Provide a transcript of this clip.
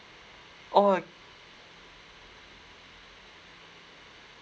orh